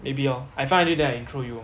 maybe orh I find until then I intro you lor